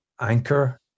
anchor